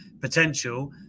potential